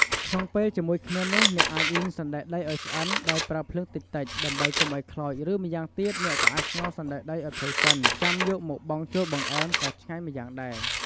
ក្នុងពេលជាមួយគ្នានោះ អ្នកអាចលីងសណ្ដែកដីឲ្យឆ្អិនដោយប្រើភ្លើងតិចៗ ដើម្បីកុំឲ្យខ្លោច ឬ ម្យ៉ាងទៀត អ្នកក៏អាចស្ងោរសណ្ដែកដីឲ្យផុយសិន ចាំយកមកបង់ចូលបង្អែម ក៏ឆ្ងាញ់ម្យ៉ាងដែរ។